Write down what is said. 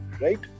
right